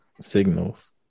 signals